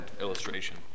illustration